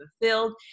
fulfilled